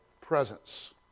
presence